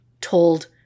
told